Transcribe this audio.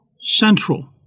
central